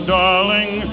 darling